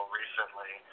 recently